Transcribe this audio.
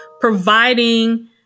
providing